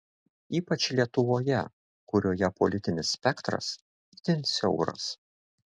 ypač lietuvoje kurioje politinis spektras itin siauras